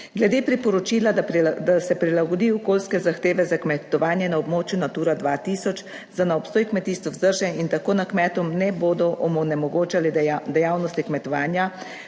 Glede priporočila, da se prilagodi okoljske zahteve za kmetovanje na območju Natura 2000 za na obstoj kmetijstva vzdržen(?) in tako na kmetom ne bodo onemogočale dejavnosti kmetovanja,